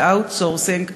ב-outsourcing,